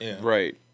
Right